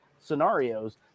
scenarios